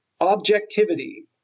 objectivity